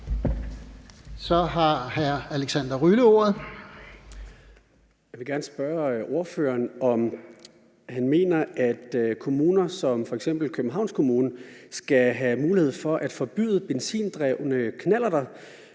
Kl. 13:59 Alexander Ryle (LA): Jeg vil gerne spørge ordføreren, om han mener, at kommuner som f.eks. Københavns Kommune skal have mulighed for at forbyde benzindrevne knallerter